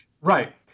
right